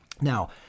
Now